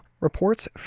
reports